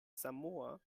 samoa